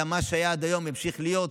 אלא מה שהיה עד היום ימשיך להיות,